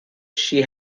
she